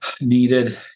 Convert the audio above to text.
needed